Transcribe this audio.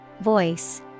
Voice